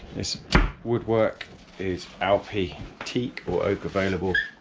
this woodwork is alpi teak or oak available,